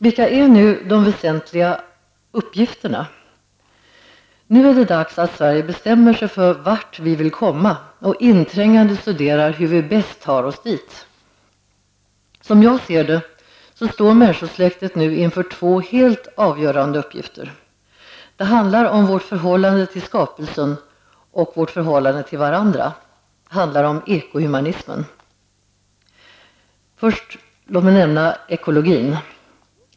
Vilka är nu de väsentliga uppgifterna? Nu är det dags att Sverige bestämmer sig för vart vi vill komma och inträngande studerar hur vi bäst tar oss dit. Som jag ser det står människosläktet nu inför två helt avgörande uppgifter. Det handlar om vårt förhållande till skapelsen och till varandra, dvs. ekohumanismen. Låt mig först nämna ekologin.